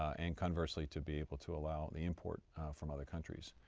and conversely to be able to allow the import from other countries.